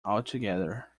altogether